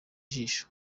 jisho